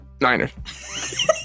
Niners